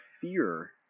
fear